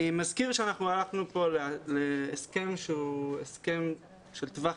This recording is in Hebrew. אני מזכיר שהלכנו כאן להסכם שהוא הסכם של טווח